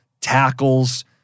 tackles